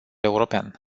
european